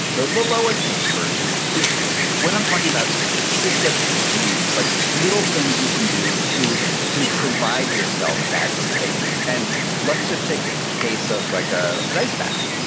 the the lower case version, is when i'm talking about specific techniques like little things you can do to to provide yourself that space. and let's just take the case of like ah an ice bath.